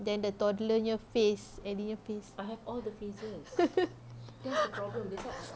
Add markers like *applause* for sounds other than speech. then the toddler nya phase and dia nya phase *laughs*